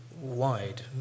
wide